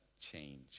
change